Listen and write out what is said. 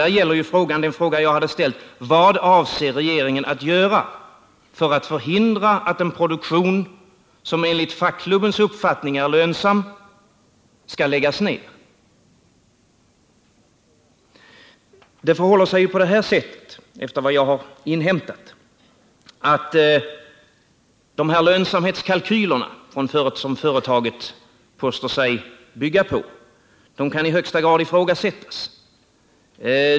Där gäller den fråga jag ställt: Vad avser regeringen att göra för att förhindra att en produktion som enligt fackklubbens uppfattning är lönsam skall läggas ner? Efter vad jag inhämtat kan de lönsamhetskalkyler som företaget påstår sig bygga sitt ställningstagande på i högsta grad ifrågasättas.